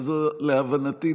ולהבנתי,